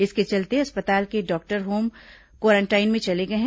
इसके चलते अस्पताल के डॉक्टर होम क्वारेंटाइन में चले गए हैं